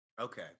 Okay